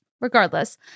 regardless